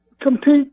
compete